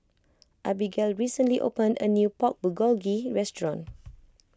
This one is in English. Abigale recently opened a new Pork Bulgogi restaurant